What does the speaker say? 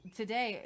today